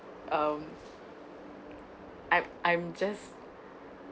um I'm I'm just